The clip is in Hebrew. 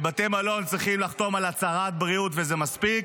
בבתי מלון צריכים לחתום על הצהרת בריאות וזה מספיק.